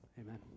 Amen